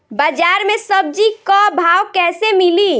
बाजार मे सब्जी क भाव कैसे मिली?